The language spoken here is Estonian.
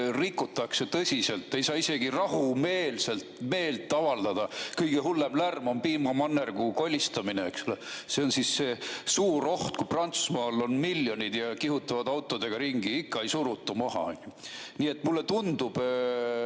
rikutakse. Ei saa isegi rahumeelselt meelt avaldada. Kõige hullem lärm on piimamannergu kolistamine ja see on siis see suur oht. Prantsusmaal on neid miljoneid ja nad kihutavad autodega ringi, ikka ei suruta maha. Nii et mulle tundub